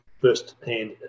first-hand